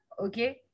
okay